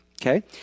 Okay